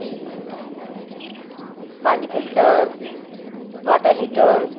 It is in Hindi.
पानी फिल्टर वाटर हीटर